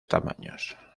tamaños